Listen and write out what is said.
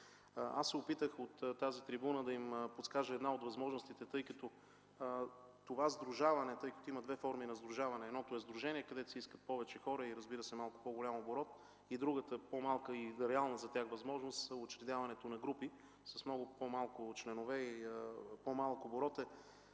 Опитах се от тази трибуна да им подскажа една от възможностите, тъй като това сдружаване има две форми. Едната е сдружение, където се искат повече хора и, разбира се, малко по-голям оборот. Другата, по-малка и реална за тях възможност, е: учредяването на групи с много по-малко членове и по-малък оборот не